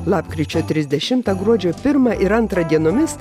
lapkričio trisdešimtą gruodžio pirmą ir antrą dienomis